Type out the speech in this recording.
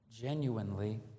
genuinely